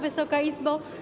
Wysoka Izbo!